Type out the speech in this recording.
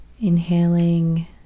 Inhaling